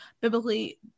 biblically